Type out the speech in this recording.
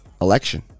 election